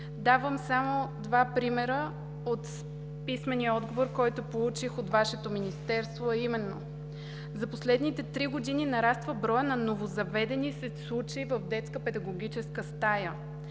Давам само два примера от писмения отговор, който получих от Вашето Министерство, а именно: за последните три години нараства броя на новозаведени случаи в Детската педагогическа стая,